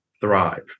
thrive